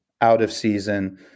out-of-season